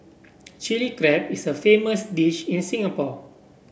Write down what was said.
Chilli Crab is a famous dish in Singapore